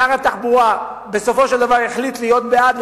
שר התחבורה בסופו של דבר החליט להיות בעד,